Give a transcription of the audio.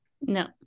No